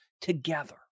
together